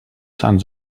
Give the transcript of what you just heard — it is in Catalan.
sants